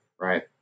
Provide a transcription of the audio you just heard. right